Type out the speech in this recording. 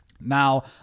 Now